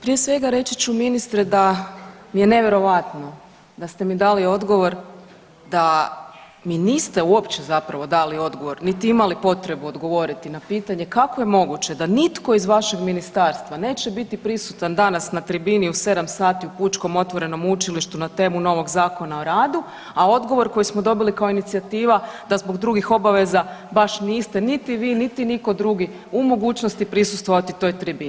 Prije svega reći ću ministre da mi je nevjerojatno da ste mi dali odgovor da mi niste uopće zapravo dali odgovor niti imali potrebu odgovoriti na pitanje kako je moguće da nitko iz vašeg ministarstva neće biti prisutan danas na tribini u 7 sati u Pučkom otvorenom učilištu na temu novog Zakona o radu, a odgovor koji smo dobili kao inicijativa da zbog drugih obaveza baš niste niti vi, niti nitko drugi u mogućnosti prisustvovati toj tribini.